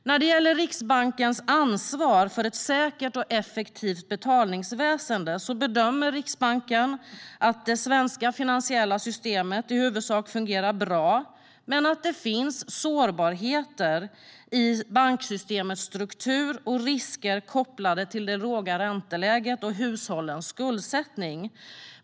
När det gäller Riksbankens ansvar för ett säkert och effektivt betalningsväsen bedömer Riksbanken att det svenska finansiella systemet i huvudsak fungerar bra men att det finns sårbarhet i banksystemets struktur och risker kopplade till det låga ränteläget och hushållens skuldsättning.